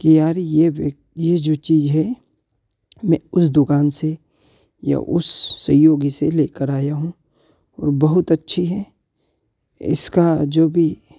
की यार यह व्यक्ति यह जो चीज़ है मैं उस दुकान से या उस सहयोगी से लेकर आया हूँ और बहुत अच्छी है इसका जो भी